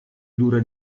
dura